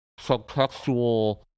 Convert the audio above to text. subtextual